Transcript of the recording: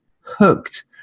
hooked